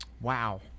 Wow